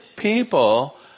People